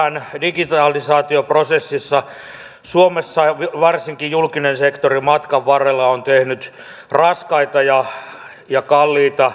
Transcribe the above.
kyllähän digitalisaatioprosessissa suomessa varsinkin julkinen sektori on matkan varrella tehnyt raskaita ja kalliita erehdyksiä